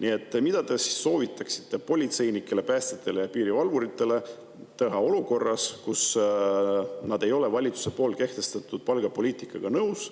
oluline. Mida te soovitaksite politseinikel, päästjatel ja piirivalvuritel teha olukorras, kus nad ei ole valitsuse kehtestatud palgapoliitikaga nõus?